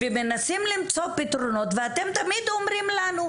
ומנסים למצוא פתרונות ואתם תמיד אומרים לנו,